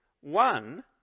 One